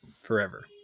forever